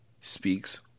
speaks